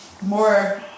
more